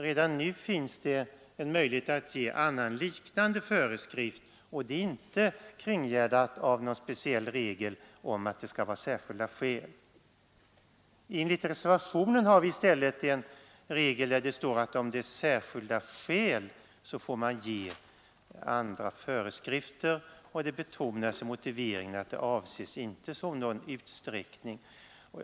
Redan nu finns det ju möjlighet att ge annan liknande föreskrift, och den möjligheten är inte kringgärdad av någon speciell regel om att det skall föreligga särskilda skäl. I reservationen däremot har vi föreslagit att om särskilda skäl föreligger får man ge andra föreskrifter, och i reservationens motivering betonas att detta inte är avsett som någon utvidgning av gällande rättstillämpning.